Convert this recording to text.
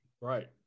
Right